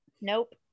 Nope